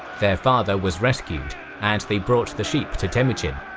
their father was rescued and they brought the sheep to temujin.